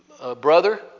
Brother